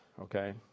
okay